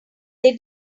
they